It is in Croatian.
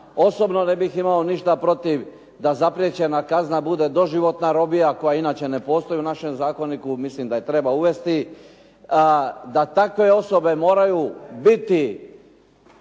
Osobno ne bih imao ništa protiv da zapriječena kazna bude doživotna robija, koja inače ne postoji u našem zakoniku, mislim da je treba uvesti. Da takve osobe moraju biti